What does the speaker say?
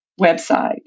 website